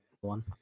one